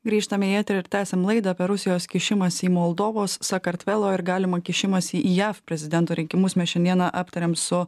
grįžtame į eterį ir tęsiam laidą apie rusijos kišimąsi į moldovos sakartvelo ir galimą kišimąsi į jav prezidento rinkimus mes šiandien aptarėm su